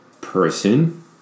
Person